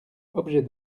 objets